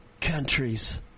countries